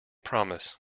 promise